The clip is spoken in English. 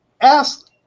ask